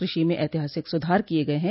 कृषि में ऐतिहासिक सुधार किये गये हैं